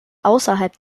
außerhalb